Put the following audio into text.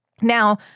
Now